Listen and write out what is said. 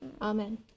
Amen